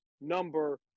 number